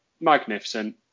Magnificent